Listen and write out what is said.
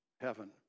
heaven